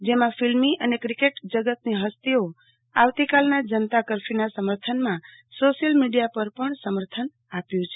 જેમાં ફિલ્મી અને ક્રિકેટ જગતની હંસ્તિઓ આવતીકાલના જનેતા કર્ફ્યું નો સમર્થનમાં સોસિથલ મીડિથા પર સમર્થન આવ્યું છે